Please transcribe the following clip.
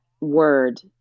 word